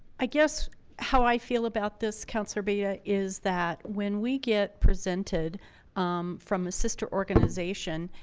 i guess how i feel about this councillor bia is that when we get presented um from a sister organization?